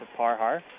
Parhar